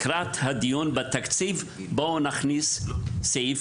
"לקראת הדיון בתקציב בואו נכניס סעיף